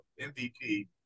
MVP